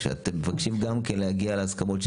שאתם מבקשים גם כן להגיע להסכמות,